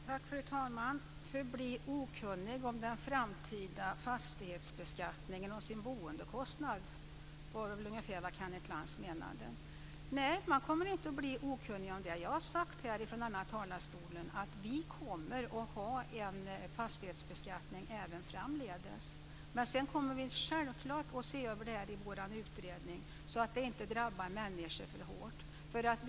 Fru talman! Kenneth Lantz menade väl: Förbli okunnig om den framtida fastighetsbeskattningen och boendekostnaden. Nej, man kommer inte att förbli okunnig om det. Jag har sagt från denna talarstol att vi även i framtiden kommer att ha en fastighetsbeskattning. Men vi kommer självklart att se över detta i vår utredning, så att det inte drabbar människor för hårt.